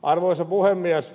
arvoisa puhemies